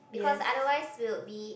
because otherwise will be